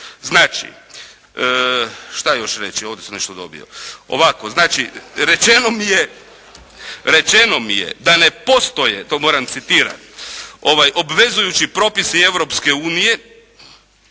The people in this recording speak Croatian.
Znači šta još reći. Znači rečeno mi je da ne postoje, to moram citirati, obvezujući propisi Europske unije